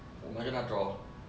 我们跟他 draw